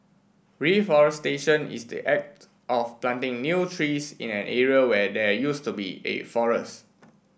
reforestation is the act of planting new trees in an area where there used to be a forest